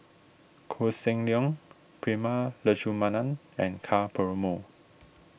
Koh Seng Leong Prema Letchumanan and Ka Perumal